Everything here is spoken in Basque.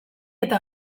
eta